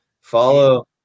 follow